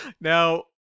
Now